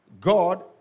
God